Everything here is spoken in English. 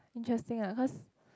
interesting lah because